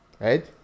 right